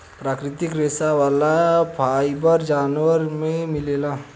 प्राकृतिक रेशा वाला फाइबर जानवर में मिलेला